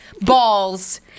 balls